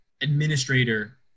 administrator